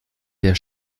der